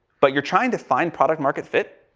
but you're trying to find product market fit.